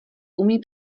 umí